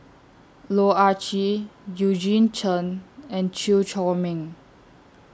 Loh Ah Chee Eugene Chen and Chew Chor Meng